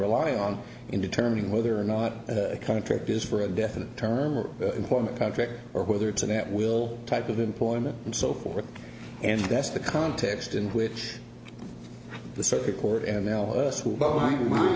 rely on in determining whether or not a contract is for a definite term or employment contract or whether it's an at will type of employment and so forth and that's the context in which the circuit court and now school b